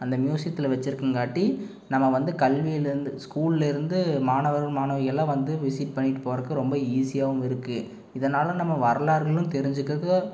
அந்த மியூசியத்தில் வச்சிருக்கங்காட்டி நம்ம வந்து கல்விலேருந்து ஸ்கூலேருந்து மாணவர் மாணவிகள்லாம் வந்து விசிட் பண்ணிட்டு போகிறக்கு ரொம்ப ஈஸியாகவும் இருக்குது இதனால் நம்ம வரலாறுகளும் தெரிஞ்சிகிறக்கு